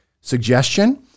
suggestion